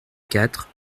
quatre